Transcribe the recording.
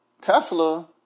Tesla